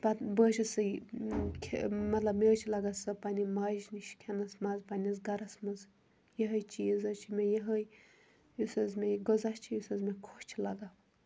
پَتہٕ بہٕ حظ چھَس سۄے کھیٚوان مَطلَب مےٚ حظ چھِ لَگان پَننہِ ماجہِ نِش کھیٚنَس مَزٕ پَننِس گَرَس مَنٛز یِہے چیٖز حظ چھِ مےٚ یِہے یُس حظ مےٚ یہِ غزا چھُ یُس حظ مےٚ خۄش چھُ لَگان